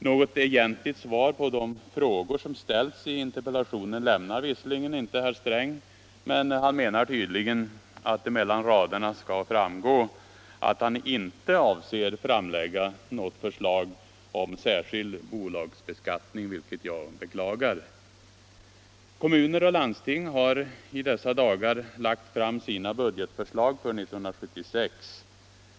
Något egentligt svar på de frågor som ställts i interpellationen lämnar visserligen inte herr — Om åtgärder för att Sträng, men han menar tydligen att det mellan raderna skall framgå bemästra ekonoatt han inte avser framlägga att något förslag om särskild bolagsbeskatt — miska svårigheter i ning, vilket jag beklagar. kommuner och Kommuner och landsting har i dessa dagar lagt fram sina budgetförslag — landsting, m.m. för 1976.